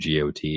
GOT